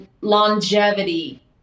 longevity